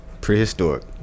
Prehistoric